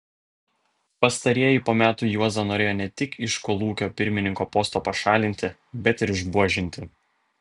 pastarieji po metų juozą norėjo ne tik iš kolūkio pirmininko posto pašalinti bet ir išbuožinti